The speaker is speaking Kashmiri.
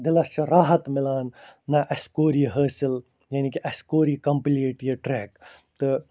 دِلَس چھِ راحت مِلان نَہ اَسہِ کوٚر یہِ حٲصِل یعنی کہِ اَسہِ کوٚر یہِ کَمپٕلیٖٹ یہِ ٹرٛٮ۪ک تہٕ